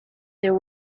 there